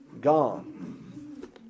gone